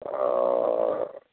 ও